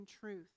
truth